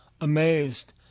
amazed